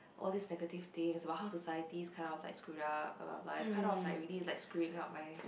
all these negative things about how society's kind of like screwed up blah blah blah it's kind of like really like screwing up my